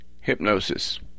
hypnosis